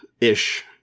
ish